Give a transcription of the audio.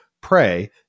pray